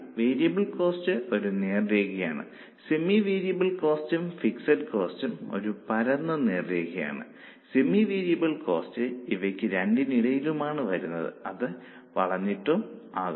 variable cost ഒരു നേർ രേഖയാണ് സെമി വേരിയബിൾ കോസ്റ്റും ഫിക്സഡ് കോസ്റ്റും ഒരു പരന്ന നേർരേഖയാണ് സെമി വേരിയബിൾ കോസ്റ്റ് ഇവയ്ക്ക് രണ്ടിനുമിടയിലാണ് വരുന്നത് അത് വളഞ്ഞിട്ടുമാകാം